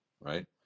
right